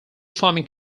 farming